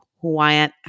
Hawaiian